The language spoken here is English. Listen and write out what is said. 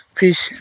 fish